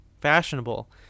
fashionable